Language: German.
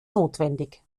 notwendig